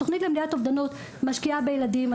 התוכנית למניעת אובדנות משקיעה בילדים.